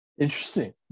Interesting